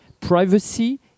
Privacy